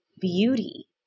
beauty